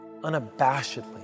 unabashedly